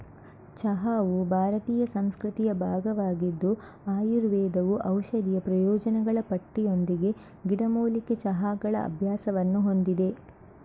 ಚಹಾವು ಭಾರತೀಯ ಸಂಸ್ಕೃತಿಯ ಭಾಗವಾಗಿದ್ದು ಆಯುರ್ವೇದವು ಔಷಧೀಯ ಪ್ರಯೋಜನಗಳ ಪಟ್ಟಿಯೊಂದಿಗೆ ಗಿಡಮೂಲಿಕೆ ಚಹಾಗಳ ಅಭ್ಯಾಸವನ್ನು ಹೊಂದಿದೆ